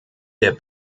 der